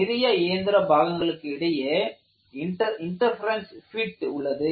நிறைய இயந்திர பாகங்களுக்கு இடையே இன்டர்பெரென்ஸ் பிட் உள்ளது